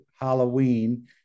Halloween